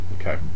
okay